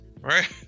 Right